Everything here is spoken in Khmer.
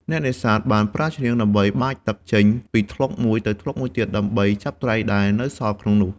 អ្នកនេសាទបានប្រើឈ្នាងដើម្បីបាចទឹកចេញពីថ្លុកមួយទៅថ្លុកមួយទៀត ដើម្បីចាប់ត្រីដែលនៅសល់ក្នុងនោះ។